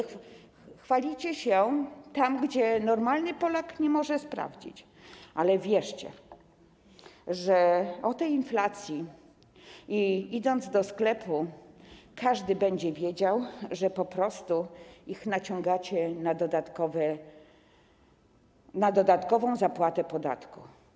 Chwalicie się tym, czego normalny Polak nie może sprawdzić, ale wierzcie, że o tej inflacji, idąc do sklepu, każdy będzie wiedział, że po prostu naciągacie go na dodatkową zapłatę podatku.